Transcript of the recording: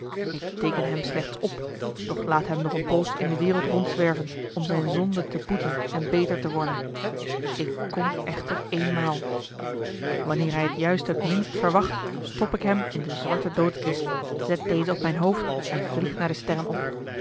ik teeken hem slechts op doch laat hem nog een poos in de wereld rondzwerven om zijn zonde te boeten en beter te worden ik kom echter eenmaal wanneer hij het juist het minst verwacht stop ik hem in de zwarte doodkist zet deze op mijn hoofd en vlieg naar de sterren op